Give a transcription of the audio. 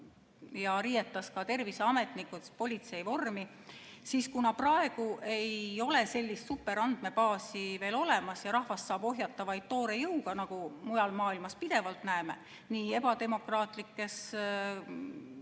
riietas terviseametnikud politseivormi. Kuna praegu ei ole sellist superandmebaasi veel olemas ja rahvast saab ohjata vaid toore jõuga, nagu mujal maailmas pidevalt näeme, nii ebademokraatlikes,